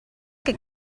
que